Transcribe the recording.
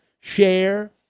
share